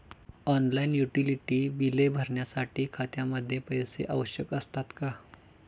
Online utility बिले भरण्यासाठी खात्यामध्ये पैसे आवश्यक असतात का?